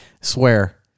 swear